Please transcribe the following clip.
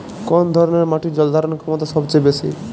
কোন ধরণের মাটির জল ধারণ ক্ষমতা সবচেয়ে বেশি?